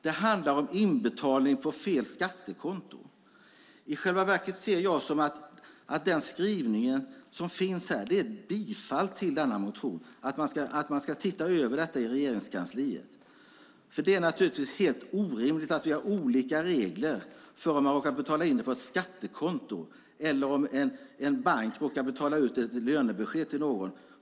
Det handlar om inbetalning på fel skattekonto. I själva verket ser jag att skrivningen i betänkandet är ett bifall till motionen, att man i Regeringskansliet ska titta över detta. Det är naturligtvis helt orimligt att vi har olika regler för när man råkar betala in något på ett skattekonto eller om en bank råkar betala ut lön till någon.